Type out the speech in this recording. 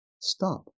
stop